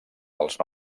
dels